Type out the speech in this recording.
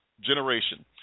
generation